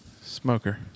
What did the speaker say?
Smoker